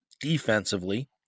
defensively